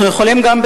אנחנו יכולים גם,